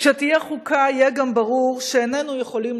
כשתהיה חוקה יהיה גם ברור שאיננו יכולים